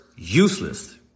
Useless